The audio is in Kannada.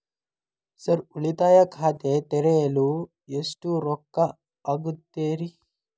ಸರ್ ಉಳಿತಾಯ ಖಾತೆ ತೆರೆಯಲು ಎಷ್ಟು ರೊಕ್ಕಾ ಆಗುತ್ತೇರಿ?